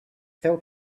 fell